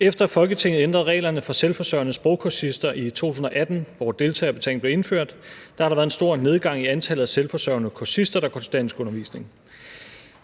Efter Folketinget ændrede reglerne for selvforsørgende sprogkursister i 2018, hvor deltagerbetalingen blev indført, har der været en stor nedgang i antallet af selvforsørgende kursister, der går til danskundervisning.